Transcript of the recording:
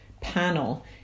panel